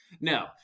No